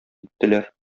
киттеләр